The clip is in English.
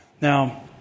now